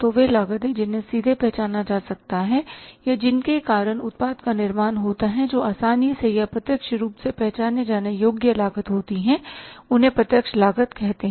तो वे लागतें जिन्हें सीधे पहचाना जा सकता है या जिनके कारण उत्पाद का निर्माण होता है जो आसानी से या प्रत्यक्ष रूप से पहचाने जाने योग्य लागत होती है इन्हें प्रत्यक्ष लागत कहते हैं